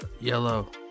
Yellow